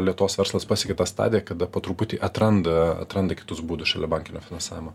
lietuvos verslas pasiekė tą stadiją kada po truputį atranda atranda kitus būdus šalia bankinio finansavimo